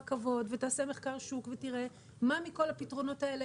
כבוד ותעשה מחקר שוק ותראה מה מכל הפתרונות האלה